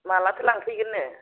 मालाथो लांफैगोननो